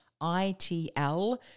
ITL